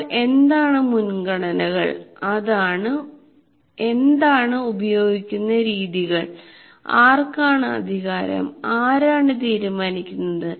അപ്പോൾ എന്താണ് മുൻഗണനകൾ എന്താണ് ഉപയോഗിക്കുന്ന രീതികൾ ആർക്കാണ് അധികാരം ആരാണ് തീരുമാനിക്കുന്നത്